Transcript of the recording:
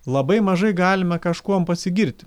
labai mažai galime kažkuom pasigirti